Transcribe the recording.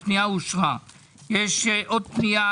הצבעה בעד,